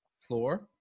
floor